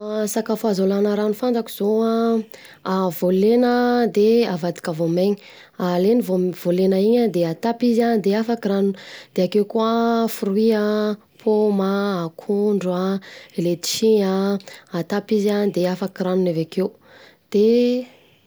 Sakafo azo alana rano fantako zao an, voalena de avadika vaomaina, alaina vaolena iny an de atapy izy an de afaka ranony, de akeo koa fruit an: pôma an, akondro an, letisy an, atapy izy an de afaka ranony avekeo de.